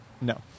No